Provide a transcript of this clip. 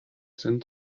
sind